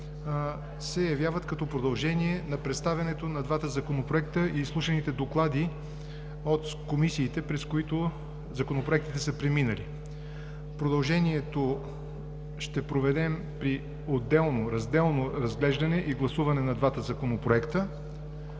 се явяват като продължение на представянето на двата законопроекта и изслушаните доклади от комисиите, през които законопроектите са преминали. Продължението ще проведем при отделно, разделно разглеждане и гласуване на двата законопроекта,